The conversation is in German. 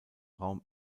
raum